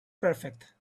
perfect